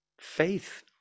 faith